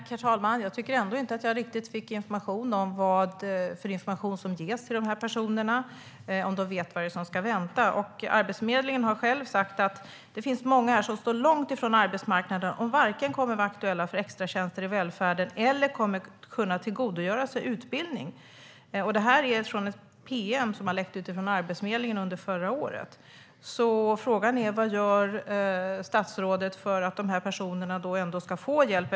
Herr talman! Jag tycker inte riktigt att jag fick svar på vilken information som ges till de här personerna, om de vet vad det är som väntar dem. I ett pm som läckte ut från Arbetsförmedlingen förra året skriver man att det finns många som står långt från arbetsmarknaden och som varken kommer att vara aktuella för extratjänster i välfärden eller kommer att kunna tillgodogöra sig utbildning. Frågan är: Vad gör statsrådet för att de här personerna ska få hjälp?